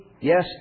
Yes